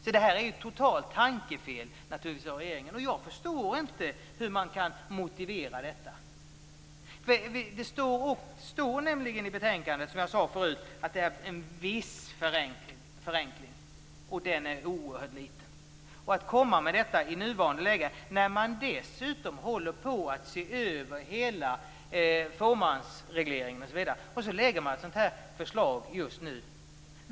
Detta är naturligtvis ett totalt tankefel av regeringen. Jag förstår inte hur man kan motivera detta. Det står nämligen i betänkande, som jag sade förut, att det är en viss förenkling. Den är oerhört liten. Man lägger fram detta förslag i nuvarande läge, när man dessutom håller på att se över hela fåmansregleringen.